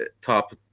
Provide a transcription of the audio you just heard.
top